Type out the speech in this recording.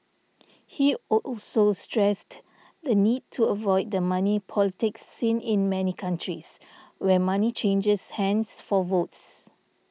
he also stressed the need to avoid the money politics seen in many countries where money changes hands for votes